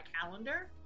calendar